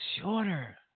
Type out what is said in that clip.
shorter